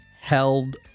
held